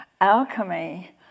alchemy